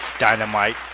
Dynamite